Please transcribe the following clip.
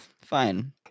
Fine